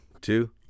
two